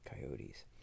coyotes